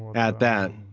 at that,